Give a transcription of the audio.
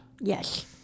Yes